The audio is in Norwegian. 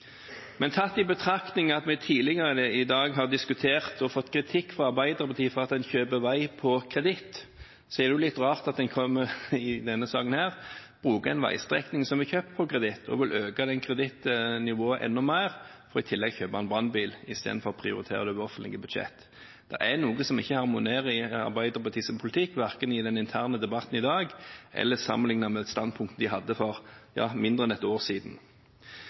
Men tatt i betraktning at vi tidligere i dag har diskutert og fått kritikk fra Arbeiderpartiet for at en kjøper vei på kreditt, er det litt rart at en i denne saken bruker en veistrekning som er kjøpt på kreditt, og vil øke kredittnivået enda mer – og i tillegg kjøper man en brannbil istedenfor å prioritere det over offentlige budsjett. Det er noe som ikke harmonerer i Arbeiderpartiets politikk, verken i den interne debatten i dag eller sammenlignet med standpunktet de hadde for mindre enn et år siden.